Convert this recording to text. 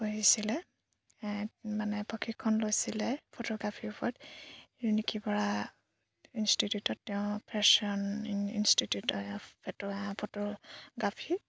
পঢ়িছিলে মানে প্ৰশিক্ষণ লৈছিলে ফটোগ্ৰাফিৰ ওপৰত নিকি বৰা ইনষ্টিটিউটত তেওঁ ফেশ্বন ইনষ্টিটিউট ফটো ফটোগ্ৰাফী